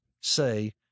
say